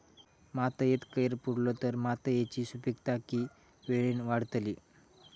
मातयेत कैर पुरलो तर मातयेची सुपीकता की वेळेन वाडतली?